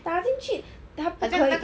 打进去他不可以